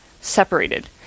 separated